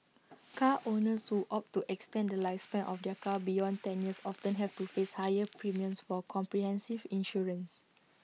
car owners who opt to extend the lifespan of their car beyond ten years often have to face higher premiums for comprehensive insurance